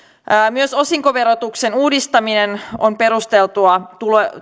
myös osinkoverotuksen uudistaminen on perusteltua